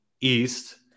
East